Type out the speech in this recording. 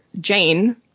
Jane